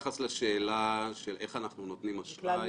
מערך האשראי עובד